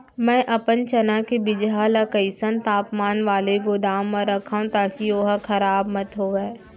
मैं अपन चना के बीजहा ल कइसन तापमान वाले गोदाम म रखव ताकि ओहा खराब मत होवय?